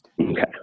Okay